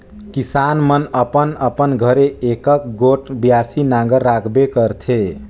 किसान मन अपन अपन घरे एकक गोट बियासी नांगर राखबे करथे